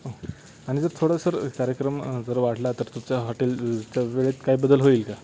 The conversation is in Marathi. ओके आणि जर थोडं सर कार्यक्रम जर वाढला तर तुमच्या हॉटेलच्या वेळेत काय बदल होईल का